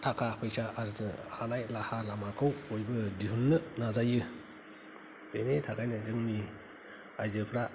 थाखा फैसा आरजिनो हानाय राहा लामाखौ बयबो दिहुननो नाजायो बिनि थाखायनो जोंनि आइजोफ्रा